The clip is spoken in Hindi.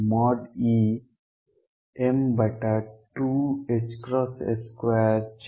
E